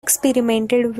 experimented